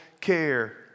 care